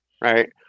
Right